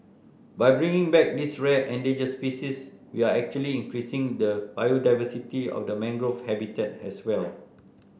by bringing back this rare endangered species we are actually increasing the biodiversity of the mangrove habitat as well